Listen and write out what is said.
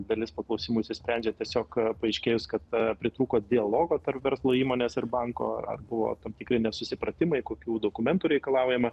dalis paklausimų išsisprendžia tiesiog paaiškėjus kad pritrūko dialogo tarp verslo įmonės ir banko ar buvo tam tikri nesusipratimai kokių dokumentų reikalaujama